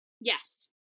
Yes